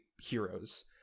heroes